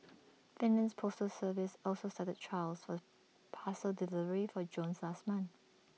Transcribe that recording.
Finland's postal service also started trials for parcel delivery for drones last month